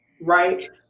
Right